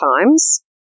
times